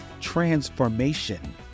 transformation